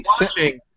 Watching